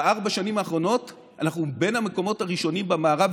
בארבע השנים האחרונות אנחנו בין המקומות הראשונים במערב,